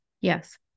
Yes